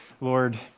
Lord